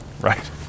right